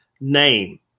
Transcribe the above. name